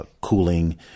cooling